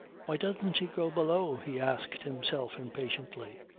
why doesn't he go below? he asked himself impatiently.